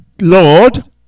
Lord